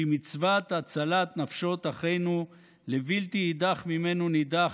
שהיא מצוות הצלת נפשות אחינו לבלתי יידח ממנו נידח,